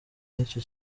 n’icyo